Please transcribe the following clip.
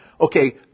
Okay